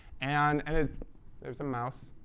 and and ah there's a mouse.